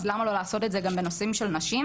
אז למה לא לעשות את זה גם בנושאים של נשים?